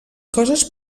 coses